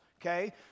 okay